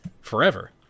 forever